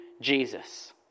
Jesus